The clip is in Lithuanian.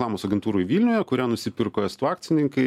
reklamos agentūroje vilniuje kurią nusipirko estų akcininkai